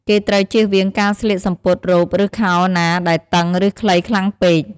គេត្រូវចៀសវាងការស្លៀកសំពត់ រ៉ូប ឬ ខោណាដែលតឹង ឬ ខ្លីខ្លាំងពេក។